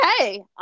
Okay